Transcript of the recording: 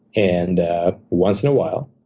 and once in a while,